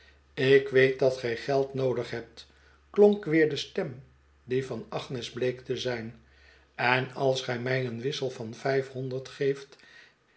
ik weet dat gij geld noodig hebt klonk weer de stem die van agnes bleek te zijn en als gij mij een wissel van vijfhonderd geeft